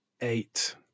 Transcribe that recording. eight